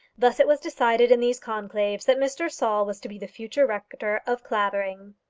thus it was decided in these conclaves that mr. saul was to be the future rector of clavering.